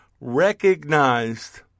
recognized